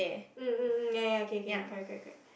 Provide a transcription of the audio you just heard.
mm mm ya ya ya K K correct correct correct